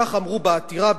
ככה אמרו בעתירה,